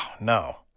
no